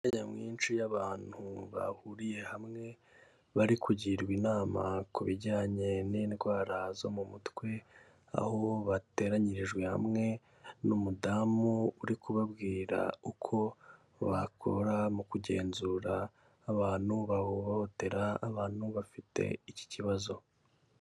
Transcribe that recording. Imbaga nyamwinshi y'abantu bahuriye hamwe bari kugirwa inama ku bijyanye n'indwara zo mu mutwe, aho bateranyirijwe hamwe n'umudamu uri kubabwira uko bakora mu kugenzura abantu bahohotera abantu bafite iki kibazo.